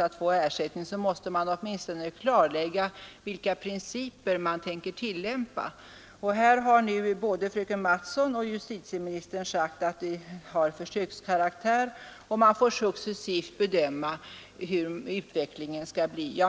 att få ersättning, så måste man också klarlägga vilka principer man tänker tillämpa. Nu har både fröken Mattson och justitieministern sagt att verksamheten har försökskaraktär och att man successivt får bedöma hur utvecklingen skall bli.